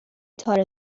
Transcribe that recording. تار